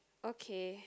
okay